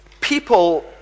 people